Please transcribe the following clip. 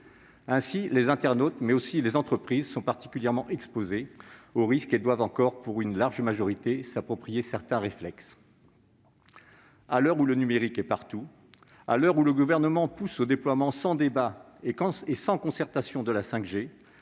Ainsi, les internautes, mais aussi les entreprises, sont particulièrement sujettes aux risques et doivent encore, pour une large majorité d'entre elles, s'approprier certains réflexes. À l'heure où le numérique est partout et où le Gouvernement pousse au déploiement, sans débat et sans concertation, de la 5G,